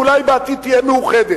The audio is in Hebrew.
ואולי בעתיד תהיה מאוחדת,